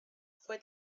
fue